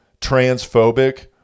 transphobic